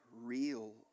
real